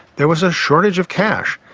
there was a shortage of cash,